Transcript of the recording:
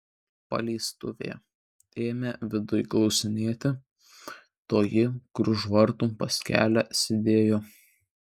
paleistuvė ėmė viduj klausinėti toji kur už vartų pas kelią sėdėjo